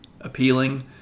appealing